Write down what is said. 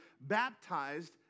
baptized